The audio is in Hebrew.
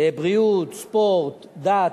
בריאות, ספורט, דת,